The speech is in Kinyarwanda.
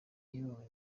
iyobowe